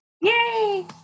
Yay